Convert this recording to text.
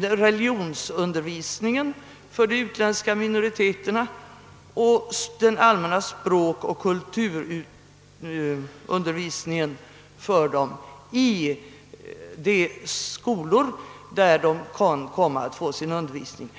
religionsundervisningen och den allmänna språkoch kulturundervisningen för de utländska minoriteterna i de skolor där de kommer att utbildas.